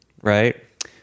right